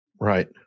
Right